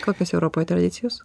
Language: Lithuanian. kokios europoj tradicijos